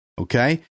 okay